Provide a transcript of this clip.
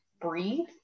breathe